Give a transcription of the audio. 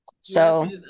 So-